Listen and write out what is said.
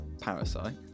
Parasite